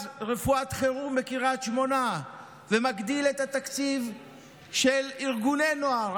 רפואת חירום בקריית שמונה ומגדיל את התקציב של ארגוני נוער.